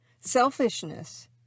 Selfishness